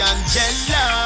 Angela